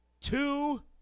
two